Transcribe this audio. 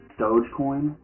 dogecoin